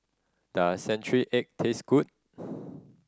does century egg taste good